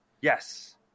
yes